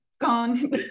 gone